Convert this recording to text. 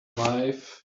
life